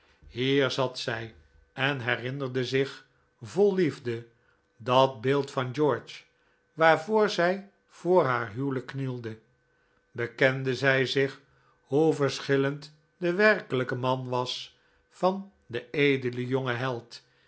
hier zat zij en herinnerde zich vol liefde dat beeld van george waarvoor zij voor haar huwelijk knielde bekende zij zich hoe verschillend de werkelijke man was van den edelen jongen